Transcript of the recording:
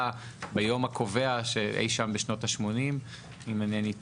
ביום הקובע אי שם בשנות ה-80 אם אינני טועה.